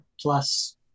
Plus